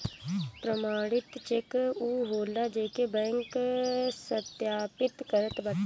प्रमाणित चेक उ होला जेके बैंक सत्यापित करत बाटे